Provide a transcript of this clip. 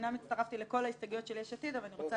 אומנם הצטרפתי לכל ההסתייגויות של יש עתיד אבל אני רוצה